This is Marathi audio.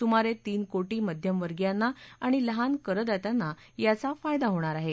सुमारे तीन कोटी मध्यमवर्गीयांना आणि लहान करदात्यांना याचा फायदा होणार आहे